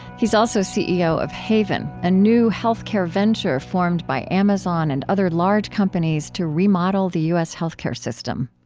he's also ceo of haven, a new healthcare venture formed by amazon and other large companies to remodel the u s. healthcare system.